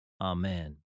Amen